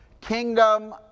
Kingdom